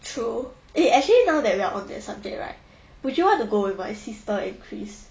true eh actually now that we're on that subject right would you want to go with my sister and chris